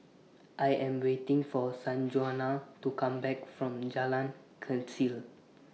I Am waiting For Sanjuana to Come Back from Jalan Kechil